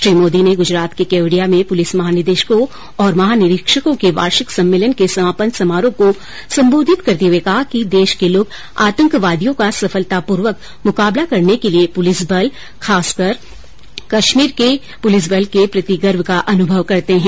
श्री मोदी ने गुजरात के केवड़िया में पुलिस महानिदेशकों और महानिरीक्षकों के वार्षिक सम्मेलन के समापन समारोह को संबोधित हुए कहा कि देश के लोग आतंकवादियों का सफलतापूर्वक मुकाबला करने के लिए पुलिस बल खासकर कश्मीर के पुलिसबल के प्रति गर्व का अनुभव करते हैं